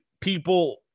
people